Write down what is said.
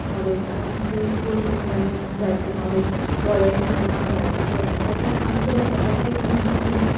knowledge आतां खूब खूब मोबायला येवन जायते नॉलेज बोरे बी मेळा वायटूय बी आसा तो ते आमचेर आसात की खंयचे आमी